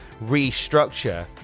restructure